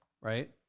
right